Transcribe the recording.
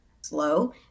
slow